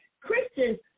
Christians